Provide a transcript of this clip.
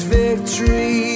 victory